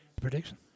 Prediction